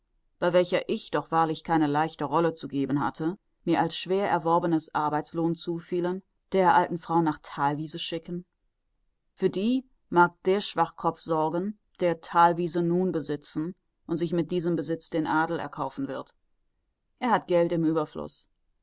bei welcher ich doch wahrlich keine leichte rolle zu geben hatte mir als schwererworbenes arbeitslohn zufielen der alten frau nach thalwiese schicken für die mag der schwachkopf sorgen der thalwiese nun besitzen und sich mit diesem besitz den adel erkaufen wird er hat geld im ueberfluß